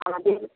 আমাদের